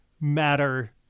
matter